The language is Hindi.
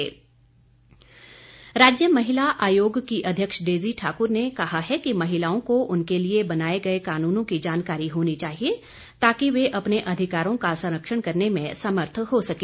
डेजी ठाकुर राज्य महिला आयोग की अध्यक्ष डेजी ठाक्र ने कहा है कि महिलाओं को उनके लिए बनाए गए कानूनों की जानकारी होनी चाहिए ताकि वे अपने अधिकारों का संरक्षण करने में समर्थ हो सके